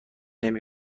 نمی